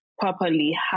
properly